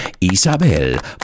Isabel